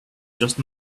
just